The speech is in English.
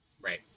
Right